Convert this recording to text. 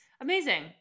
Amazing